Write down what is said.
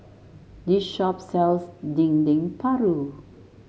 this shop sells Dendeng Paru